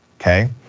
okay